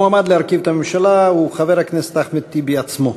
המועמד להרכיב את הממשלה הוא חבר הכנסת אחמד טיבי עצמו.